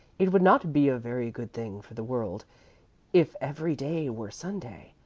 it would not be a very good thing for the world if every day were sunday.